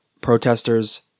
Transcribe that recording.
protesters